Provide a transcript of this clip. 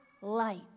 light